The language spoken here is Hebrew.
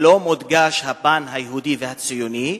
לא מודגש הפן היהודי והציוני,